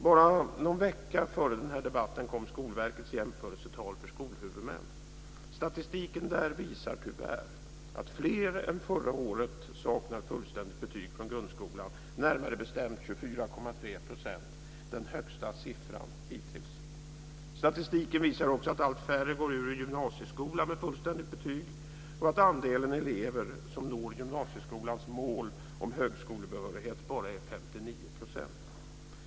Bara någon vecka före den här debatten kom Skolverkets jämförelsetal för skolhuvudmän. Statistiken där visar tyvärr att fler än förra året saknar fullständigt betyg från grundskolan, närmare bestämt 24,3 %, den högsta siffran hittills. Statistiken visar också att allt färre går ur gymnasieskolan med fullständigt betyg och att andelen elever som når gymnasieskolans mål om högskolebehörighet bara är 59 %.